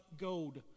gold